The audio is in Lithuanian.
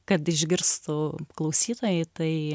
kad išgirstų klausytojai tai